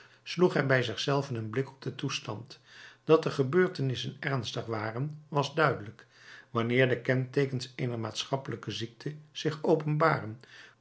hij bij zich zelven een blik op den toestand dat de gebeurtenissen ernstig waren was duidelijk wanneer de kenteekens eener maatschappelijke ziekte zich openbaren